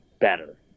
better